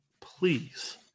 Please